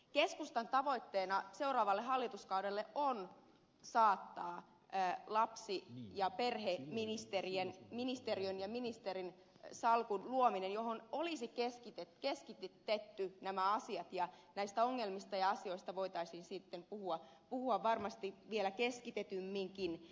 keskustan tavoitteena seuraavalle hallituskaudelle on luoda lapsi ja perheministeriön ja ministerin salkku johon olisi keskitetty nämä asiat ja näistä ongelmista ja asioista voitaisiin sitten puhua varmasti vielä keskitetymminkin